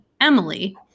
Emily